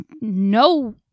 no